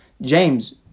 James